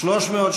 אדוני